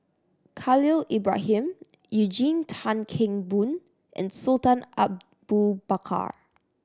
Khalil Ibrahim Eugene Tan Kheng Boon and Sultan Abu Bakar